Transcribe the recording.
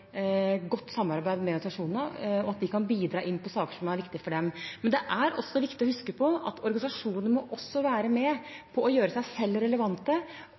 godt samarbeid med organisasjonene, og at de kan bidra inn på saker som er viktige for dem. Men det er også viktig å huske på at organisasjonene må være med og gjøre seg selv relevante